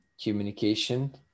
communication